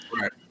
right